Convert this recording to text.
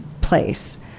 place